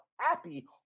happy